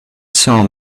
saw